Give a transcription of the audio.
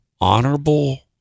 Honorable